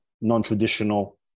non-traditional